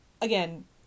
again